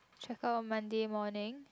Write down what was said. check out on Monday morning